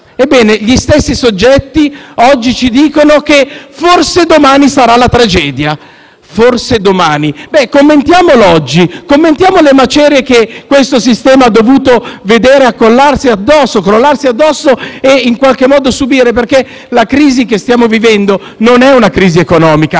Ebbene, gli stessi soggetti oggi ci dicono che forse domani sarà la tragedia, forse domani. Commentiamolo oggi. Commentiamo le macerie che questo sistema ha visto crollarsi addosso e in qualche modo subire. La crisi che stiamo vivendo è una crisi non economica,